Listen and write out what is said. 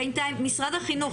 משרד החינוך,